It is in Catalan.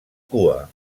cua